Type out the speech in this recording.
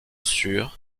sur